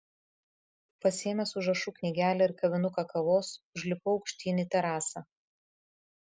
pasiėmęs užrašų knygelę ir kavinuką kavos užlipau aukštyn į terasą